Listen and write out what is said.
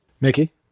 Mickey